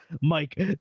Mike